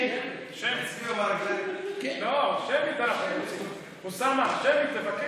אוסאמה, שמית, תבקש.